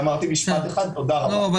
תודה רבה.